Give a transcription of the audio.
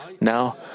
Now